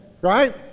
right